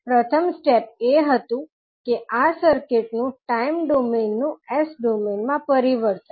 પ્રથમ સ્ટેપ એ હતું કે આ સર્કિટ નું ટાઈમ ડોમેઇન નું S ડોમેઇન માં પરિવર્તન